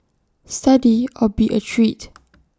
study or be A treat